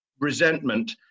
resentment